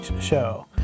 show